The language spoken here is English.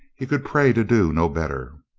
he could pray to do no better.